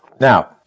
Now